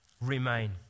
remain